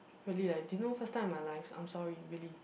really leh didn't know first time in my life I'm sorry really